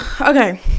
okay